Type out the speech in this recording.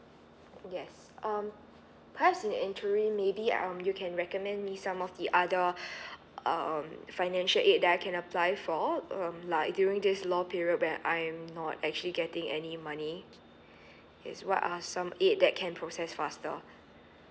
yes um perhaps in interim maybe um you can recommend me some of the other um financial aid that I can apply for um like during this low period when I'm not actually getting any money is what are some aid that can process faster